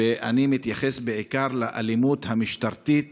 ואני מתייחס בעיקר לאלימות המשטרתית